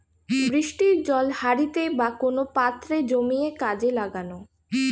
বৃষ্টির জল হাঁড়িতে বা কোন পাত্রে জমিয়ে কাজে লাগানো